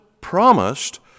promised